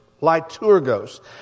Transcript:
Liturgos